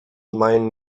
mined